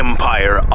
Empire